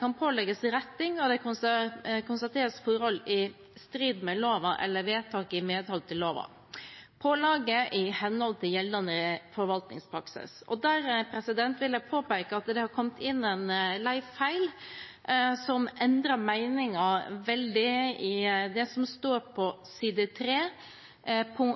kan pålegge retting når det konstateres forhold i strid med loven eller med vedtak i medhold av loven. Pålegget er i henhold til gjeldende forvaltningspraksis. Her vil jeg påpeke at det har kommet inn en lei feil som endrer meningen veldig. Det gjelder det som står på side 3,